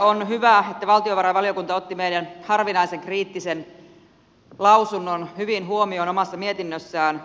on hyvä että valtiovarainvaliokunta otti meidän harvinaisen kriittisen lausuntomme hyvin huomioon omassa mietinnössään